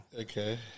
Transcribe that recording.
Okay